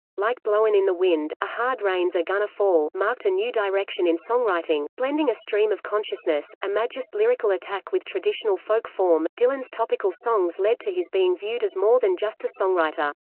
like blowin' in the wind, a hard rain's a-gonna fall marked a new direction in songwriting blending a stream-of-consciousness, imagist lyrical attack with traditional folk form dylan's topical songs led to his being viewed as more than just a songwriter.